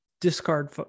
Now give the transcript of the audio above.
discard